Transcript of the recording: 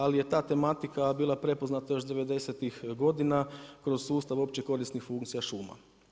Ali je ta tematika bila prepoznata još devedesetih godina kroz sustav opće korisnik funkcija šuma.